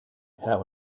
herr